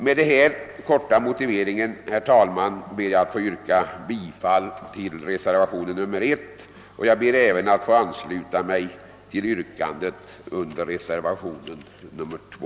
Med denna korta motivering ber jag, herr talman, att få yrka bifall till reservationen 1, och jag ber även att få an sluta mig till yrkandet under reservationen 2.